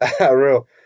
Real